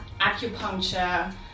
Acupuncture